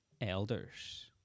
elders